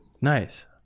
nice